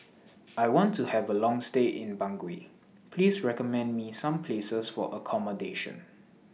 I want to Have A Long stay in Bangui Please recommend Me Some Places For accommodation